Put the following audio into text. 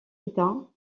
état